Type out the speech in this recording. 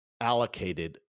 allocated